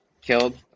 killed